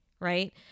right